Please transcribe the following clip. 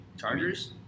Chargers